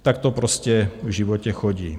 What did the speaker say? Tak to prostě v životě chodí.